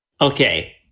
Okay